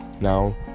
now